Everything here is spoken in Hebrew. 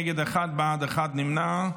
עשרה נגד, אחד בעד, אחד נמנע.